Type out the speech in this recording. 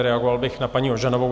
Reagoval bych na paní Ožanovou.